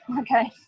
Okay